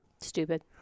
Stupid